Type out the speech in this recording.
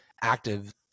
active